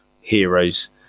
heroes